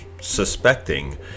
suspecting